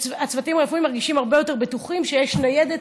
והצוותים הרפואיים מרגישים הרבה יותר בטוחים שיש ניידת,